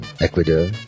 Ecuador